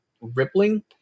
rippling